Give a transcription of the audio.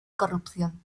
corrupción